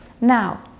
Now